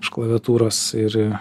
iš klaviatūros ir